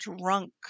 drunk